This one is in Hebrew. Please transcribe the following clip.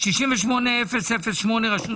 פנייה 68008 רשות